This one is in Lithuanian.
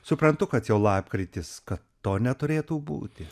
suprantu kad jau lapkritis kad to neturėtų būti